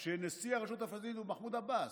כשנשיא הרשות הפלסטינית הוא מחמוד עבאס,